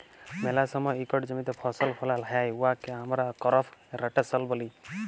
ম্যালা সময় ইকট জমিতে ফসল ফলাল হ্যয় উয়াকে আমরা করপ রটেশল ব্যলি